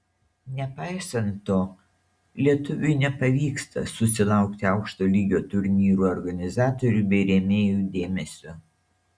nepaisant to lietuviui nepavyksta susilaukti aukšto lygio turnyrų organizatorių bei rėmėjų dėmesio